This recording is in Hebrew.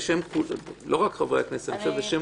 רק בשם חברי הכנסת, אלא בשם כולם.